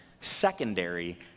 secondary